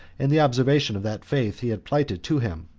and the observation of that faith he had plighted to him,